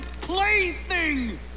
plaything